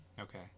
Okay